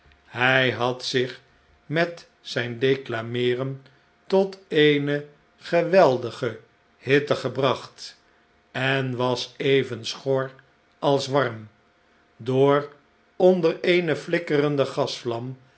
hij had zich met zijn declameeren tot eene geweldige hitte gebracht en was even schor als warm door onder eene flikkerende gasvlam